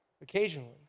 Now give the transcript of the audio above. occasionally